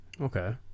Okay